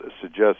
suggest